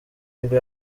nibwo